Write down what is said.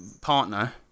partner